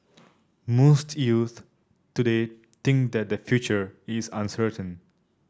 most youths today think that their future is uncertain